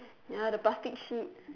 ya the plastic sheets